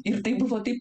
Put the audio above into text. ir tai buvo taip